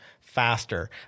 faster